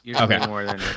Okay